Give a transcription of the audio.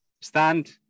stand